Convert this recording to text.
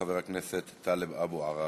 ואחריו, חבר הכנסת טלב אבו עראר.